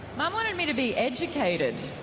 um wanted me to be educated.